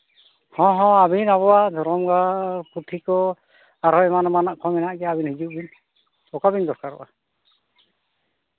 ᱦᱚᱸ ᱦᱚᱸ ᱟᱹᱵᱤᱱ ᱟᱵᱚᱣᱟᱜ ᱫᱷᱚᱨᱚᱢ ᱜᱟᱲ ᱯᱩᱛᱷᱤ ᱠᱚ ᱟᱨᱦᱚᱸ ᱮᱢᱟᱱ ᱮᱢᱟᱱᱟᱜ ᱠᱚ ᱦᱮᱱᱟᱜ ᱜᱮᱭᱟ ᱟᱹᱵᱤᱱ ᱦᱤᱡᱩᱜ ᱵᱤᱱ ᱚᱠᱟ ᱵᱤᱱ ᱫᱚᱨᱠᱟᱨᱚᱜᱼᱟ